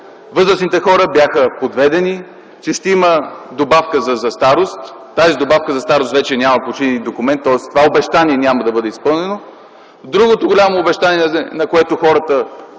възрастните хора бяха подведени, че ще имат добавка за старост. Тази добавка за старост вече я няма в почти нито един документ. Тоест това обещание няма да бъде изпълнено. Другото голямо обещание, на което хората